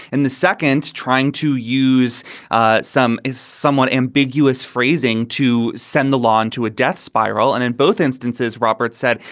and the second trying to use some is somewhat ambiguous phrasing to send the law into a death spiral. and in both instances, roberts said,